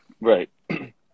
Right